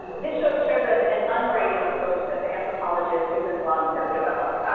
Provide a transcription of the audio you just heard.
and this ah shows and an ungrading approach that the anthropologist, susan blum, has developed,